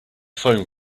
foam